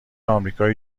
آمریکای